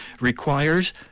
requires